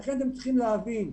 אתם חייבים להבין,